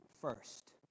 first